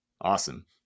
Awesome